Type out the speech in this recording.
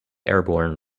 airborne